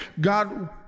God